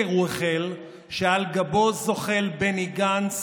הוא החל בשקר שעל גבו זוחל בני גנץ